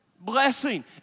Blessing